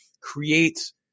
creates